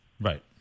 right